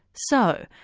so,